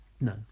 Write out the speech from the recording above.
No